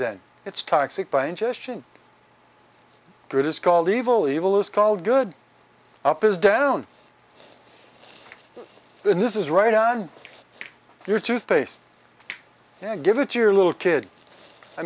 then it's toxic by ingestion through it is called evil evil is called good up is down the news is right on your toothpaste yeah give it to your little kid i